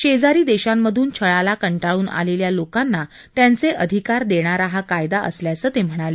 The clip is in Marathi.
शेजारी देशांमधून छळाला कंटाळून आलेल्या लोकांना त्यांचे अधिकार देणारा हा कायदा असल्याचं ते म्हणाले